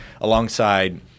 alongside